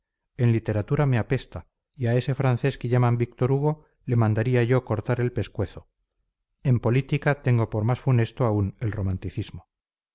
en literatura me apesta y a ese francés que llaman víctor hugo le mandaría yo cortar el pescuezo en política tengo por más funesto aún el romanticismo